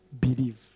believe